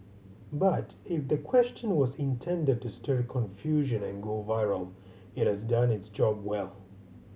but if the question was intended to stir confusion and go viral it has done its job well